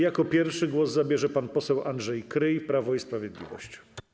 Jako pierwszy głos zabierze pan poseł Andrzej Kryj, Prawo i Sprawiedliwość.